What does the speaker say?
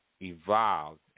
evolved